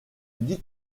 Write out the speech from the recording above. dix